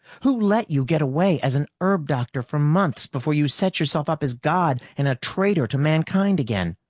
who let you get away as an herb doctor for months before you set yourself up as god and a traitor to mankind again?